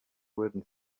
written